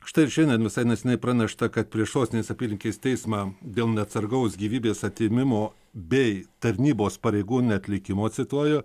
štai ir šiandien visai neseniai pranešta kad prieš sostinės apylinkės teismą dėl neatsargaus gyvybės atėmimo bei tarnybos pareigų neatlikimo cituoju